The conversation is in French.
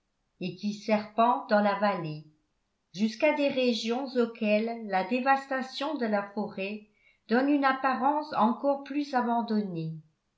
et qui serpente dans la vallée jusqu'à des régions auxquelles la dévastation de la forêt donne une apparence encore plus abandonnée